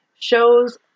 shows